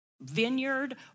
vineyard